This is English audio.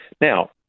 Now